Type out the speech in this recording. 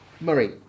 murray